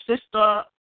sister